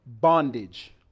bondage